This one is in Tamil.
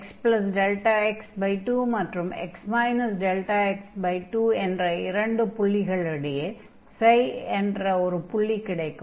xδx2 மற்றும் x δx2 என்ற இரண்டு புள்ளிகளினிடையே என்ற ஒரு புள்ளி கிடைக்கும்